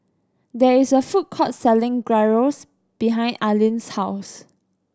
there is a food court selling Gyros behind Arlyn's house